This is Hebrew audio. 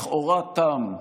לכאורה תם,